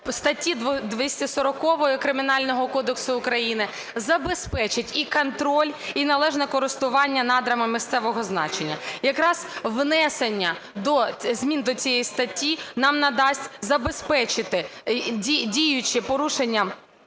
статті 240 Кримінального кодексу України забезпечить і контроль, і належне користування надрами місцевого значення. Якраз внесення змін до цієї статті нам надасть забезпечити діюче порушення